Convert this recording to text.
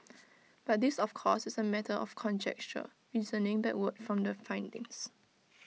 but this of course is A matter of conjecture reasoning backward from the findings